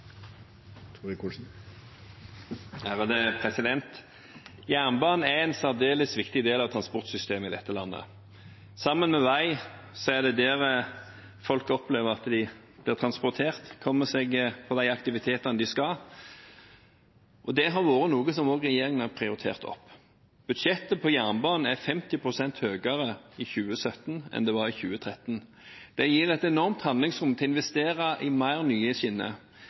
vår stemmegivning nå. Jernbanen er en særdeles viktig del av transportsystemet i dette landet. Sammen med vei er det på jernbane folk blir transportert, kommer seg på vei til de aktivitetene de skal, og det har vært noe som regjeringen har prioritert opp. Budsjettet for jernbanen er 50 pst. høyere i 2017 enn det var i 2013. Det gir et enormt handlingsrom til å investere mer i nye skinner,